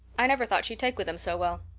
i never thought she'd take with them so well.